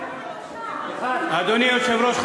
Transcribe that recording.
אדוני היושב-ראש,